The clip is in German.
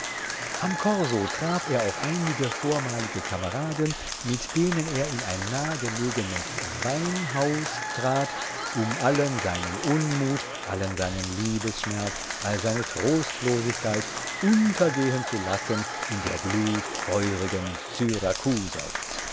am korso traf er auf einige vormalige kameraden mit denen er in ein nahgelegenes weinhaus trat um allen seinen unmut allen seinen liebesschmerz all seine trostlosigkeit untergehen zu lassen in der glut feurigen